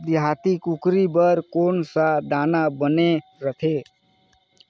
देहाती कुकरी बर कौन सा दाना बने रथे?